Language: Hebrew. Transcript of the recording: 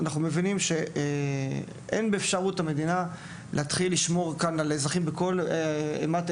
אנחנו מבינים שאין באפשרות המדינה להתחיל לשמור על אזרחים בכל מקום,